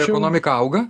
ekonomika auga